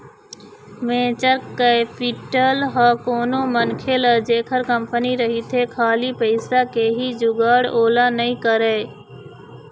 venture capital ह कोनो मनखे ल जेखर कंपनी रहिथे खाली पइसा के ही जुगाड़ ओला नइ कराय